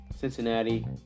Cincinnati